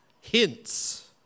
hints